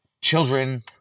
children